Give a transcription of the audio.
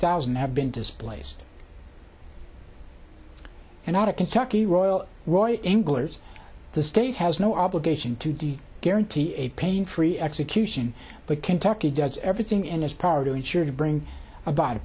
thousand have been displaced and out of kentucky royle roy engler's the state has no obligation to do guarantee a pain free execution but kentucky does everything in his power to ensure to bring about a